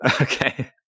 okay